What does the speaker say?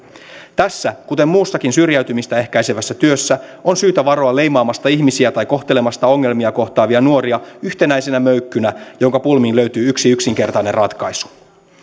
tässä kuten muussakin syrjäytymistä ehkäisevässä työssä on syytä varoa leimaamasta ihmisiä tai kohtelemasta ongelmia kohtaavia nuoria yhtenäisenä möykkynä jonka pulmiin löytyy yksi yksinkertainen ratkaisu